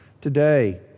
Today